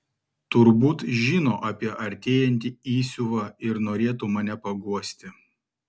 turbūt žino apie artėjantį įsiuvą ir norėtų mane paguosti